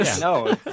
No